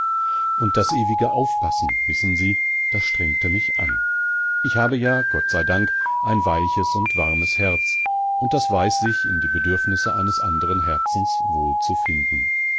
und das ewige aufpassen wissen sie das strengte mich an ich habe ja gott sei dank ein weiches und warmes herz und das weiß sich in die bedürfnisse eines andern herzens wohl zu finden